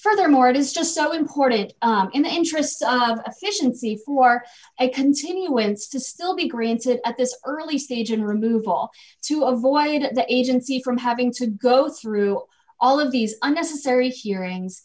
furthermore it is just so important in the interests of a fission see for a continuance to still be granted at this early stage in removal to avoid the agency from having to go through all of these unnecessary for hearings